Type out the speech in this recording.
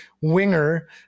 winger